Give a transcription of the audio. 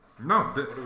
No